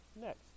next